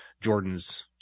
Jordan's